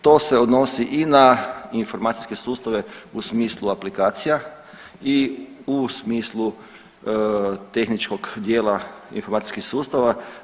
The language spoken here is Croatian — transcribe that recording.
To se odnosi i na informacijske sustave u smislu aplikacija i u smislu tehničkog dijela informacijskih sustava.